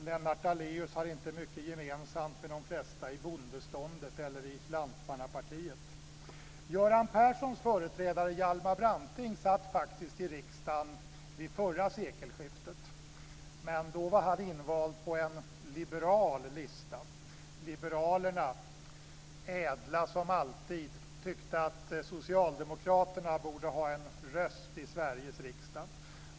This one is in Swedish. Lennart Daléus har inte mycket gemensamt med de flesta i bondeståndet eller i Lantmannapartiet. Göran Perssons företrädare Hjalmar Branting satt faktiskt i riksdagen vid förra sekelskiftet men då var han invald på en liberal lista. Liberalerna - ädla, som alltid - tyckte att Socialdemokraterna borde ha en röst i Sveriges riksdag.